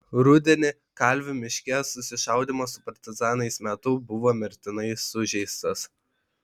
rudenį kalvių miške susišaudymo su partizanais metu buvo mirtinai sužeistas